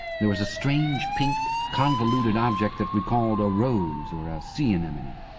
there was a strange, pink, convoluted object that recalled a rose or a sea anemone.